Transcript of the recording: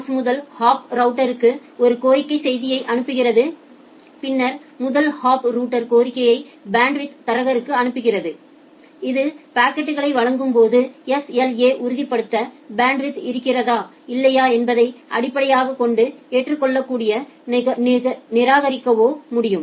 source முதல் hop ரவுட்டரருக்கு ஒரு கோரிக்கை செய்தியை அனுப்புகிறது பின்னர் முதல் ஹாப் ரவுட்டர் கோரிக்கையை பேண்ட்வித் தரகருக்கு அனுப்புகிறது இது பாக்கெட்களை வழங்கும்போது SLA உறுதிப்படுத்த பேண்ட்வித் இருக்கிறதா இல்லையா என்பதை அடிப்படையாகக் கொண்டு ஏற்றுக்கொள்ளவோ நிராகரிக்கவோ முடியும்